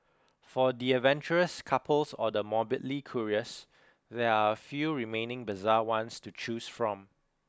for the adventurous couples or the morbidly curious there are a few remaining bizarre ones to choose from